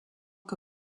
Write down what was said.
que